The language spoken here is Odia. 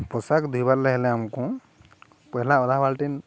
ଧବାରିଲେ ହେଲେ ଆମକୁ ପହଲା ଅଧା ବାଲ୍ଟିନ୍